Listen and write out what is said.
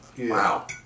Wow